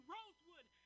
Rosewood